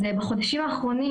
אז בחודשים האחרונים,